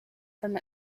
from